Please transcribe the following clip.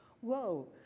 whoa